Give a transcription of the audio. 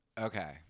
Okay